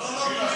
מילה לא אמרנו.